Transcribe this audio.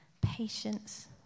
patience